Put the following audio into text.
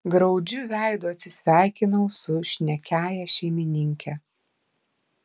graudžiu veidu atsisveikinau su šnekiąja šeimininke